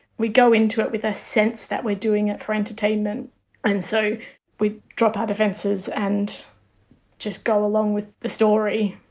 we go into it with a sense that we're doing it for entertainment and so we drop our defences and just go along with the story.